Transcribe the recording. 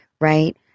right